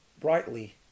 brightly